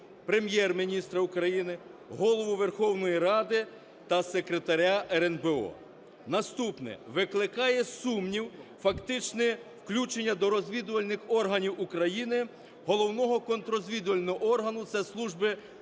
Прем'єр-міністра України, Голову Верховної Ради та Секретаря РНБО. Наступне. Викликає сумнів фактичне включення до розвідувальних органів України головного контррозвідувального органу - це Служби